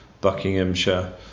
buckinghamshire